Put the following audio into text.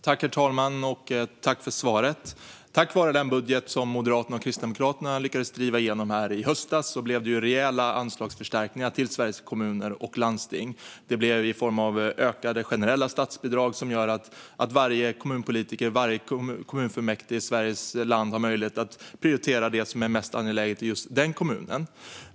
Herr talman! Jag tackar ledamoten för svaret. Tack vare den budget som Moderaterna och Kristdemokraterna lyckades driva igenom i höstas blev det rejäla anslagsförstärkningar till Sveriges kommuner och landsting i form av ökade generella statsbidrag. Det gör att varje kommunpolitiker och kommunfullmäktige i landet har möjlighet att prioritera det som är mest angeläget i just den kommunen.